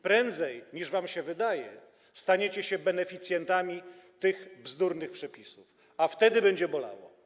Prędzej niż wam się wydaje staniecie się beneficjentami tych bzdurnych przepisów, a wtedy będzie bolało.